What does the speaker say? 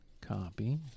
Copy